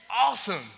awesome